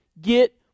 get